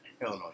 Illinois